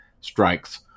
strikes